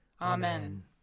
Amen